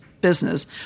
business